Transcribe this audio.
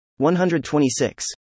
126